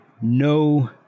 no